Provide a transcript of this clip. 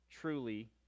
Truly